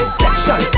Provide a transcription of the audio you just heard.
section